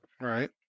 Right